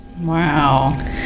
Wow